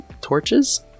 torches